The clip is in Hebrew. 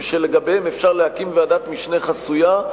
שלגביהם אפשר להקים ועדת משנה חסויה,